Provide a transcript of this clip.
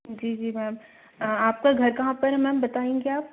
जी जी मेम आपका घर कहाँ पर है मेम बताएंगी आप